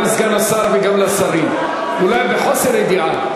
גם לסגן השר וגם לשרים: אולי מחוסר ידיעה,